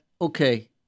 okay